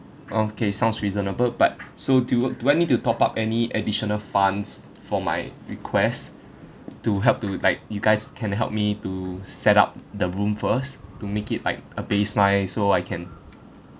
okay sounds reasonable but so do do I need to top up any additional funds for my request to help to like you guys can help me to set up the room first to make it like a baseline so I can